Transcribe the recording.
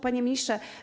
Panie Ministrze!